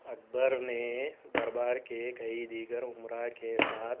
اکبر نے دربار کے کئی دیگر اُمراء کے ساتھ